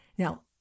Now